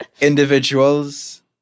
Individuals